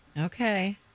Okay